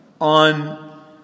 on